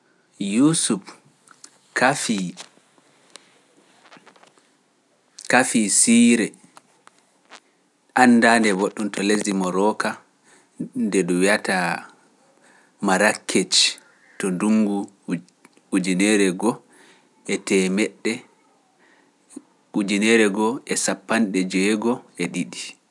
Yuusufu Kafi, Kafi Siire, anndaande waɗɗum to lesdi Marooka nde ndu wi’ata Marrakech to ndungu (eighteen sixty two). Diina ɓuuɗisim yottake lesdi Sirelanka ndungu hitaande mawnde e mo dun wiyata Mahilda